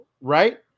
Right